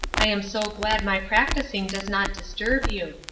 i am so glad my practicing does not disturb you.